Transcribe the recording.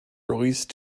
released